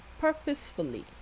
purposefully